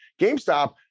GameStop